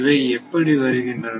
இவை எப்படி வருகின்றன